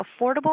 affordable